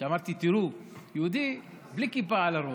אמרתי: יהודי בלי כיפה על הראש,